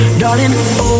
darling